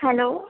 hello